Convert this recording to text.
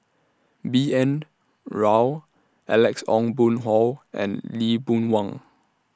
B N Rao Alex Ong Boon Hau and Lee Boon Wang